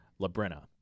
Labrina